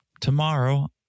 tomorrow